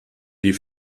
die